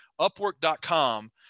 Upwork.com